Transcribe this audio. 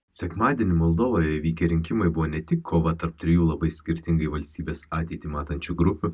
sekmadienį moldovoje įvykę rinkimai buvo ne tik kova tarp trijų labai skirtingai valstybės ateitį matančių grupių